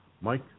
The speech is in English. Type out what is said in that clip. Mike